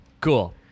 Cool